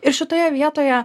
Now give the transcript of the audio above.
ir šitoje vietoje